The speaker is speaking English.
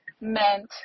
meant